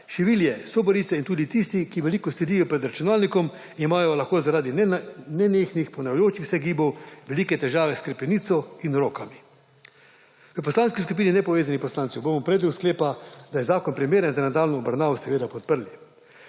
Šivilje, sobarice in tudi tisti, ki veliko sedijo pred računalnikom, lahko imajo zaradi nenehnih ponavljajočih se gibov velike težave s hrbtenico in rokami. V Poslanski skupini nepovezanih poslancev bomo predlog sklepa, da je zakon primeren za nadaljnjo obravnavo, seveda podprli.